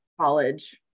college